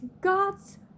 God's